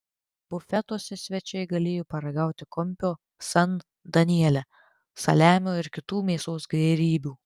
bufetuose svečiai galėjo paragauti kumpio san daniele saliamio ir kitų mėsos gėrybių